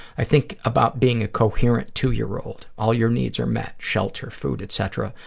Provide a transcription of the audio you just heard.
i think about being a coherent two-year-old. all your needs are met, shelter, food, etc,